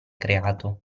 creato